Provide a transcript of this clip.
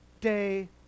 day